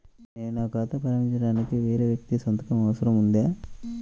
నేను ఖాతా ప్రారంభించటానికి వేరే వ్యక్తి సంతకం అవసరం ఉందా?